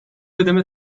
ödeme